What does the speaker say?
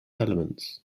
elements